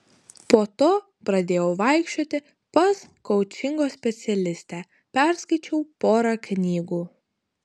po to pradėjau vaikščioti pas koučingo specialistę perskaičiau porą knygų